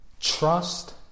trust